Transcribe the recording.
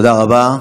תודה רבה.